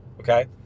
okay